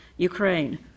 Ukraine